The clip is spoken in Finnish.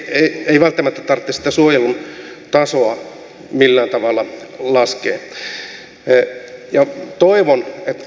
ei välttämättä tarvitse sitä suojelun tasoa millään tavalla laskea